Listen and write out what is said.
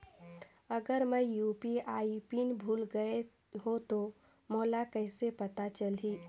अगर मैं UPI pin भुल गये हो तो मोला कइसे पता चलही?